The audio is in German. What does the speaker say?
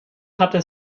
hatte